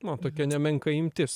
man tokia nemenka imtis